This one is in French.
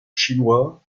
chinois